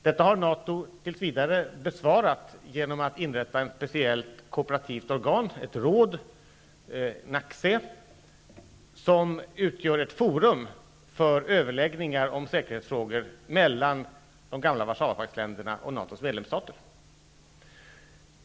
Detta har NATO tills vidare besvarat med att inrätta ett speciellt kooperativt organ -- ett råd som heter NACC -- som utgör ett forum för överläggningar om säkerhetsfrågor mellan de gamla Warszawapaktsländerna och NATO:s medlemsstater.